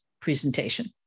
presentation